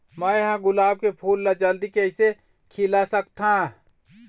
मैं ह गुलाब के फूल ला जल्दी कइसे खिला सकथ हा?